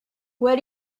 what